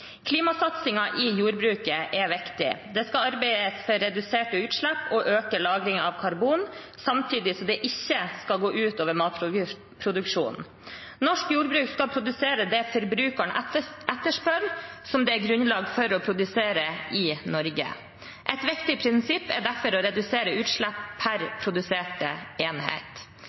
i Norge. Klimasatsingen i jordbruket er viktig. Det skal arbeides for reduserte utslipp og for å øke lagringen av karbon, samtidig som det ikke skal gå ut over matproduksjonen. Norsk jordbruk skal produsere det forbrukeren etterspør, som det er grunnlag for å produsere i Norge. Et viktig prinsipp er derfor å redusere utslipp per produserte enhet.